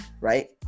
right